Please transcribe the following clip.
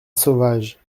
sauvage